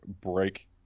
break